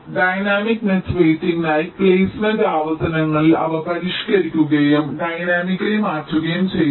dynamic net വെയ്റ്റിംഗിനായി placement ആവർത്തനങ്ങളിൽ അവ പരിഷ്ക്കരിക്കുകയും ഡയനാമിക്കലി മാറ്റുകയും ചെയ്യുന്നു